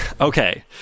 Okay